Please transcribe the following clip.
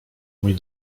mój